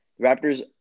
Raptors